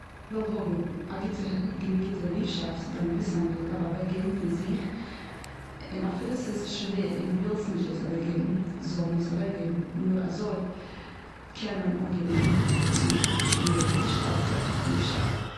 מ'וויל האבן א גוטע, גענוג גוטע ליבשאפט דארף מען וויסן אז מ'דארף אוועקגעבן פון זיך און אפילו ס'איז שווער און די ווילסט נישט דאס אוועקגעבן און נאר אזוי קען מען אנקומען צו גענוג א גוטע שטארקע ליבשאפט.